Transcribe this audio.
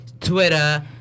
Twitter